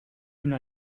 una